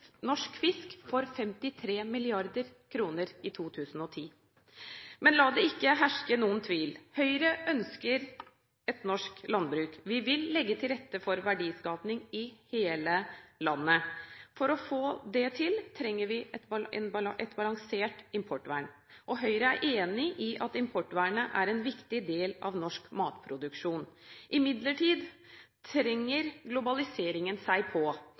norsk fisk for 53 mrd. kr i 2010. Men la det ikke herske noen tvil: Høyre ønsker et norsk landbruk, vi vil legge til rette for verdiskaping i hele landet. For å få det til trenger vi et balansert importvern, og Høyre er enig i at importvernet er en viktig del av norsk matproduksjon. Imidlertid trenger globaliseringen seg på,